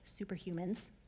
superhumans